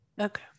Okay